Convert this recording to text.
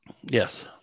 Yes